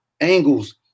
angles